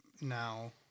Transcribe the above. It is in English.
now